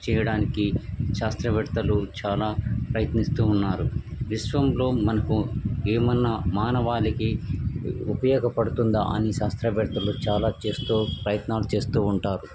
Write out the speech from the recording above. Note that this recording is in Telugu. చెయ్యడానికి శాస్త్రవేత్తలు చాలా ప్రయత్నిస్తు ఉన్నారు విశ్వంలో మనకు ఏమన్నా మానవాలికి ఉపయోగపడుతుందా అని శాస్త్రవేత్తలు చాలా చేస్తూ ప్రయత్నాలు చేస్తూ ఉంటారు